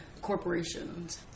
corporations